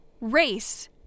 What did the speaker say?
race